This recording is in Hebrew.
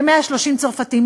כ-130 צרפתים,